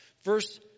Verse